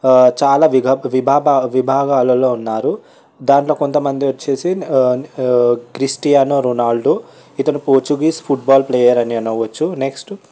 చాలా విభాగాలలో ఉన్నారు దాంట్లో కొంత మంది వచ్చేసి క్రిస్టియానో రోనాల్డ్ ఇతను పోర్చుగీస్ ఫుట్బాల్ ప్లేయర్ అని అనవచ్చు నెక్స్ట్